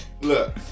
look